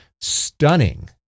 stunning